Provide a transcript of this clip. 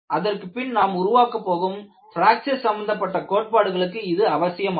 இதற்கு பின் நாம் உருவாக்கப் போகும் பிராக்சர் சம்பந்தப்பட்ட கோட்பாடுகளுக்கு இது அவசியமாகும்